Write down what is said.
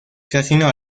casino